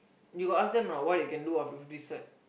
you got ask them or not what you can do after this cert